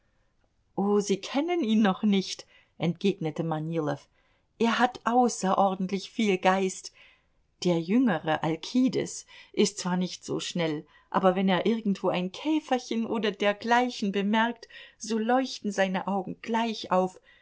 oh sie kennen ihn noch nicht entgegnete manilow er hat außerordentlich viel geist der jüngere alkides ist zwar nicht so schnell aber wenn er irgendwo ein käferchen oder dergleichen bemerkt so leuchten seine augen gleich auf